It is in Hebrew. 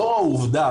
לאור העובדה,